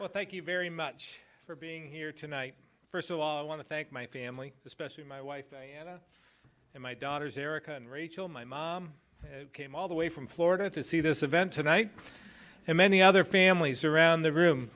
well thank you very much for being here tonight first of all i want to thank my family especially my wife and my daughters erica and rachael my mom came all the way from florida to see this event tonight and many other families around the room